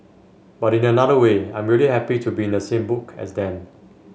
but in another way I'm really happy to be in the same book as them